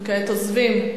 הם כעת עוזבים,